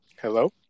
hello